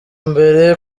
mbere